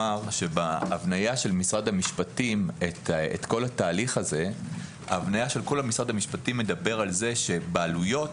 ההבניה של משרד המשפטים על כל התהליך הזה מדבר על זה שבעלויות,